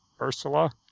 Ursula